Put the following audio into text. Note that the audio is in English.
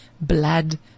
blood